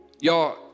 Y'all